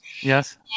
Yes